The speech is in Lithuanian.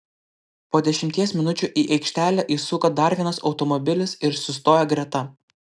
po dešimties minučių į aikštelę įsuko dar vienas automobilis ir sustojo greta